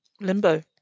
Limbo